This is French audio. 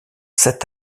sept